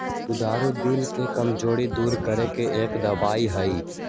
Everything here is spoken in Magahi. कुंदरू दिल के कमजोरी दूर करे में एक दवाई हई